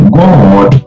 god